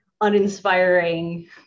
uninspiring